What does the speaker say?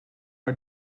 our